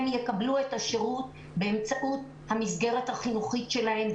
הם יקבלו את השירות באמצעות המסגרת החינוכית שלהם,